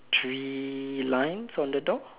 three lines on the door